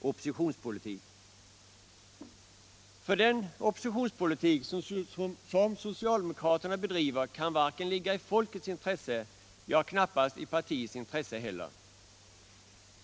oppositionspolitik. Den oppositionspolitik som socialdemokraterna bedriver kan inte ligga i folkets intresse — ja, knappast i partiets intresse heller.